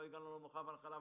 לא הגענו אל המנוחה ואל הנחלה,